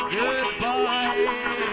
goodbye